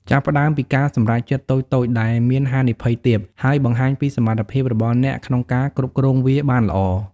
ចាប់ផ្ដើមពី ការសម្រេចចិត្តតូចៗ ដែលមានហានិភ័យទាប ហើយបង្ហាញពីសមត្ថភាពរបស់អ្នកក្នុងការគ្រប់គ្រងវាបានល្អ។